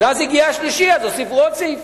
ואז הגיע השלישי, אז הוסיפו עוד סעיפים,